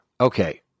okay